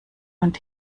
und